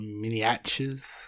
miniatures